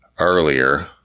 Earlier